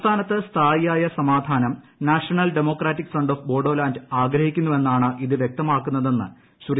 സംസ്ഥാനത്ത് സ്ഥായിയായ സമാധാനം national democratic front of Bodoland ആഗ്രഹിക്കുന്നു എന്നാണ് ഇത് വ്യക്തമാകുന്ന തെന്ന് ശ്രീ